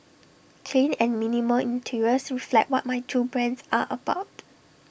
clean and minimal interiors reflect what my two brands are about